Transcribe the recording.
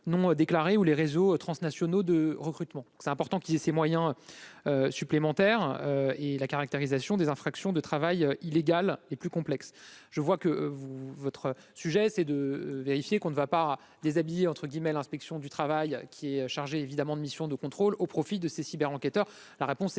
non déclarés ou les réseaux transnationaux de recrutement, c'est important qu'il ait ces moyens supplémentaires et la caractérisation des infractions de travail illégal et plus complexe, je vois que vous votre sujet c'est de vérifier qu'on ne va pas déshabiller, entre guillemets, l'inspection du travail qui est chargé, évidemment, de missions de contrôle au profit de ces cyber enquêteurs, la réponse est